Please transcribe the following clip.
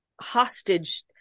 hostage